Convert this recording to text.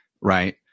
right